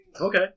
Okay